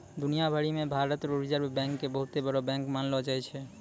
दुनिया भरी मे भारत रो रिजर्ब बैंक के बहुते बड़ो बैंक मानलो जाय छै